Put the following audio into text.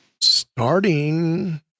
Starting